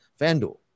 FanDuel